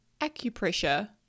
acupressure